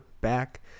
back